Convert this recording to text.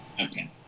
Okay